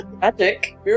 Magic